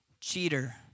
cheater